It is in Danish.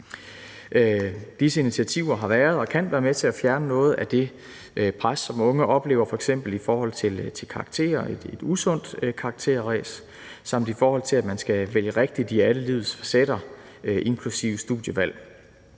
Disse initiativer har været og kan være med til at fjerne noget af det pres, som unge oplever, f.eks. i forhold til karakterer – et usundt karakterræs – samt i forhold til at man skal vælge rigtigt i alle livets facetter, inklusive studievalg.